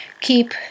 keep